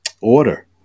order